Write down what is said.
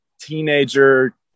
teenager